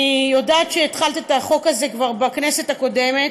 אני יודעת שהתחלת את החוק הזה כבר בכנסת הקודמת,